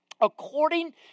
According